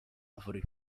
árvore